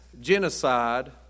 genocide